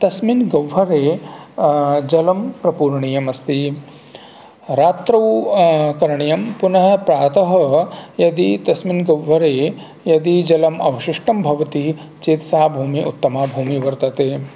तस्मिन् गह्वरे जलं प्रपूरणीयमस्ति रात्रौ करणीयं पुनः प्रातः वा यदि तस्मिन् गह्वरे यदि जलम् अवशिष्टं भवति चेत् सा भूमिः उत्तमा भूमिः वर्तते